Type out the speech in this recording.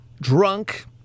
drunk